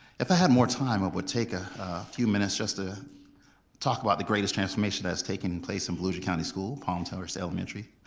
if i had more time i would take a few minutes just to ah talk about the greatest transformation that has taken place in beluga county schools, palm terrace elementary,